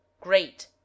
great